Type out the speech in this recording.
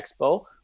Expo